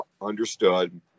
understood